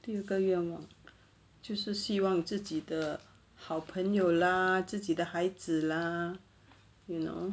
第二个愿望就是希望自己的好朋友 lah 自己的孩子 lah you know